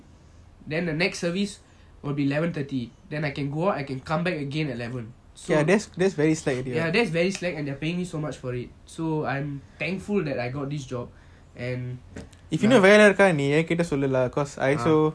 then the next service will be eleven thirty then I can go out I can come back again at eleven ya that's very slack and they are paying so much for it so I'm thankful that I got this job